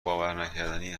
باورنکردنی